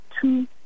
Two